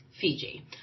Fiji